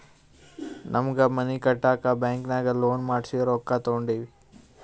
ನಮ್ಮ್ಗ್ ಮನಿ ಕಟ್ಟಾಕ್ ಬ್ಯಾಂಕಿನಾಗ ಲೋನ್ ಮಾಡ್ಸಿ ರೊಕ್ಕಾ ತೊಂಡಿವಿ